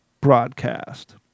broadcast